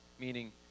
Meaning